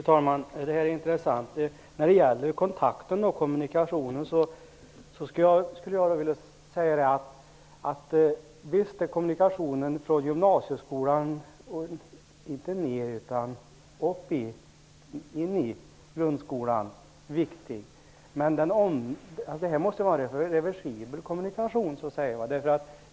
Fru talman! Det här är intressant. Visst är kommunikationen från gymnasieskolan till grundskolan viktig, men det måste vara fråga om en reversibel kommunikation.